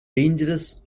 dangerous